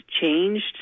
changed